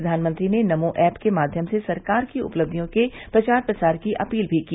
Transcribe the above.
प्रधानमंत्री ने नमो ऐप के माध्यम से सरकार की उपलब्धियों के प्रचार प्रसार की अपील भी की